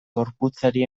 gorputzari